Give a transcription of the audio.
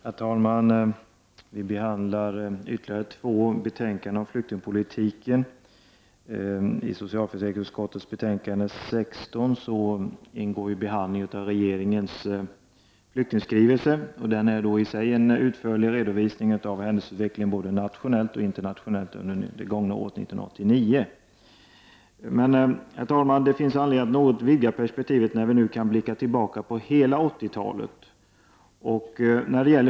Herr talman! Vi behandlar nu ytterligare två betänkanden om flyktingpolitiken. É I socialförsäkringsutskottets betänkande 16 behandlas regeringens flyktingskrivelse, vilken i sig innehåller en utförlig redovisning av händelseutvecklingen både nationellt och internationellt under år 1989. Herr talman! Det finns anledning att något vidga perspektivet när vi nu kan blicka tillbaka på hela 80-talet.